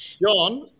John